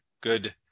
good